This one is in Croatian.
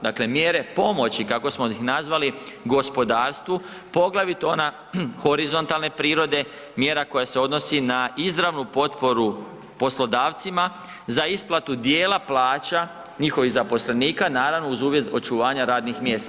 Dakle, mjere pomoći kako smo ih nazvali gospodarstvu poglavito ona horizontalne prirode mjera koja se odnosi na izravnu potporu poslodavcima za isplatu dijela plaća njihovih zaposlenika naravno uz uvjet očuvanja radnih mjesta.